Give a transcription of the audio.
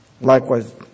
Likewise